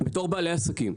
בתור בעלי עסקים,